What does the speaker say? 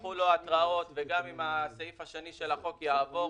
ושלחו לו התראות וגם אם הסעיף השני של החוק יעבור,